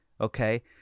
Okay